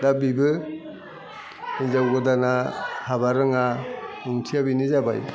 दा बिबो हिनजाव गोदाना हाबा रोङा ओंथिआ बेनो जाबाय